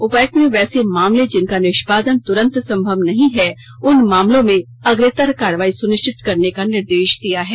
उपायुक्त ने वैसे मामले जिनका निष्पादन तुरंत संभव नहीं है उन मामलों में अग्रेतर कार्रवाई सुनिश्चित करने का निर्देश दिया है